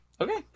Okay